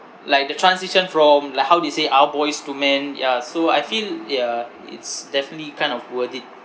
like the transition from like how they say ah boys to men ya so I feel yeah it's definitely kind of worth it